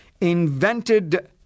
invented